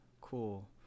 cool